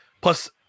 plus